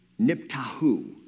niptahu